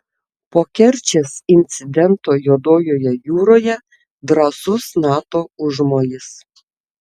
po kerčės incidento juodojoje jūroje drąsus nato užmojis